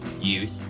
youth